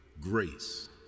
grace